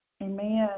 Amen